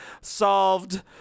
solved